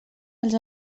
els